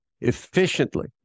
efficiently